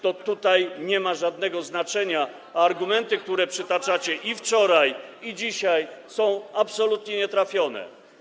Tutaj nie ma to żadnego znaczenia, a argumenty, które przytaczaliście i wczoraj, i dzisiaj, są absolutnie nietrafione.